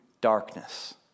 darkness